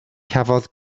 cafodd